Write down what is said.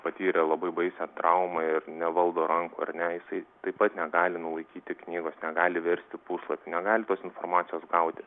patyrė labai baisią traumą ir nevaldo rankų ar ne jisai taip pat negali nulaikyti knygos negali versti puslapių negali tos informacijos gauti